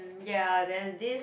ya then this